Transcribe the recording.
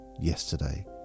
yesterday